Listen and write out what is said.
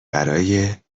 برای